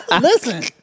Listen